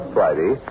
Friday